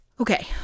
Okay